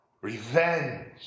Revenge